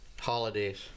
holidays